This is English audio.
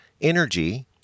energy